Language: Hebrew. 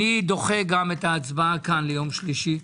אני דוחה את ההצבעה כאן ליום שלישי,